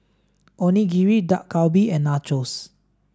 Onigiri Dak Galbi and Nachos